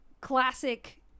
classic